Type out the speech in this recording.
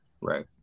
Right